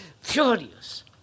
furious